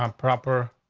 um proper,